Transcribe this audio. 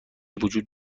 وجود